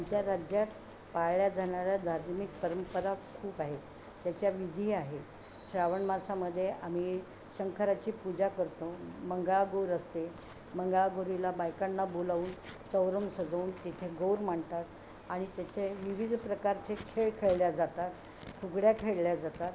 आमच्या राज्यात पाळल्या जाणाऱ्या धार्मिक परंपरा खूप आहेत त्याच्या विधी आहे श्रावणमासामध्ये आम्ही शंकराची पूजा करतो मंगळागौर असते मंगळागौरीला बायकांना बोलावून चौरंग सजवून तेथे गौर मांडतात आणि त्याचे विविध प्रकारचे खेळ खेळल्या जातात फुगड्या खेळल्या जातात